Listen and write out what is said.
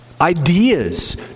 ideas